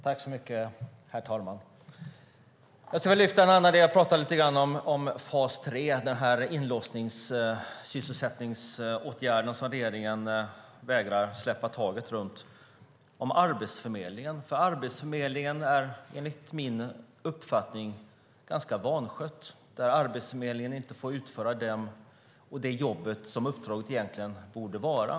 Herr talman! Jag ska tala lite grann om fas 3. Det är den inlåsningssysselsättningsåtgärd som regeringen vägrar att släppa taget om för Arbetsförmedlingen. Arbetsförmedlingen är enligt min uppfattning ganska vanskött. Arbetsförmedlingen får inte utföra det jobb som uppdraget egentligen borde vara.